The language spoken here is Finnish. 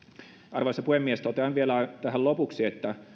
arvoisa puhemies totean vielä tähän lopuksi että